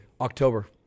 October